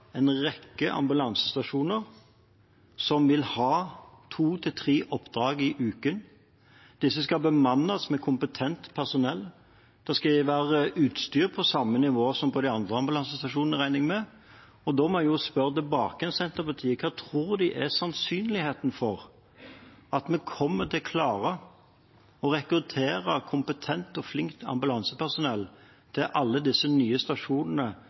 en rekke ambulansestasjoner som vil ha to–tre oppdrag i uken. Disse skal bemannes med kompetent personell. Det skal være utstyr på samme nivå som på de andre ambulansestasjonene, regner jeg med. Og da må jeg spørre Senterpartiet: Hva tror de er sannsynligheten for at vi kommer til å klare å rekruttere kompetent og flinkt ambulansepersonell til alle disse nye stasjonene